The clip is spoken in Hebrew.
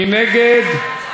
מי נגד?